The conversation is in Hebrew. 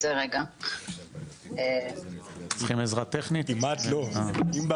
איזה מגבלות כן יש בתוך המנוע חיפוש שלכם ומה אתם עושים כדי